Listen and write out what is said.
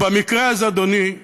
ובמקרה הזה, אדוני,